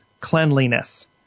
cleanliness